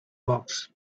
box